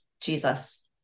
Jesus